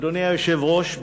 אדוני היושב-ראש,